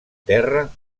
terra